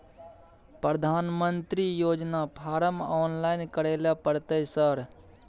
प्रधानमंत्री योजना form online करैले परतै सर?